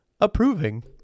approving